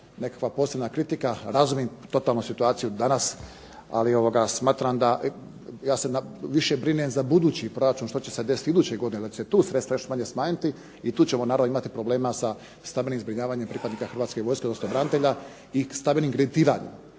nekakva posebna kritika, razumim totalno situaciju danas. Ali smatram da ja se više brinem za budući proračun što će se desiti iduće godine, da li će se sredstva još manje smanjiti. I tu ćemo naravno imati problema sa stambenim zbrinjavanjem pripadnika Hrvatske vojske odnosno branitelja i stambenim kreditiranjem